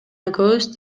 экөөбүз